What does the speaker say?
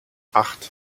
acht